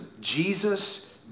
Jesus